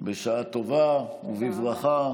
בשעה טובה ובברכה.